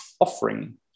offering